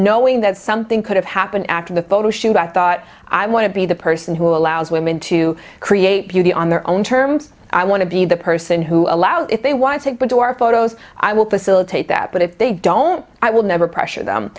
knowing that something could have happened after the photo shoot i thought i want to be the person who allows women to create beauty on their own terms i want to be the person who allows if they want to do our photos i will facilitate that but if they don't i will never pressure them